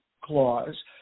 Clause